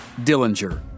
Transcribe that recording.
Dillinger